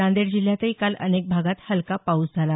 नांदेड जिल्ह्यातही काल अनेक भागात हलका पाऊस झाला